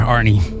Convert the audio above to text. Arnie